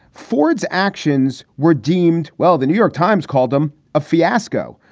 ford's actions were deemed well. the new york times called them a fiasco.